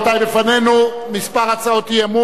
לפנינו כמה הצעות אי-אמון,